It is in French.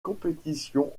compétitions